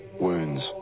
wounds